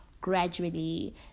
gradually